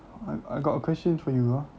I I got a question for you ah